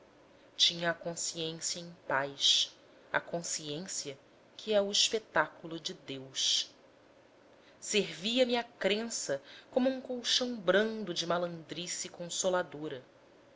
a consciência em paz a consciência que é o espetáculo de deus servia me a crença como um colchão brando de malandrice consoladora